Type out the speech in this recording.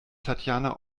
tatjana